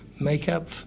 makeup